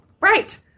Right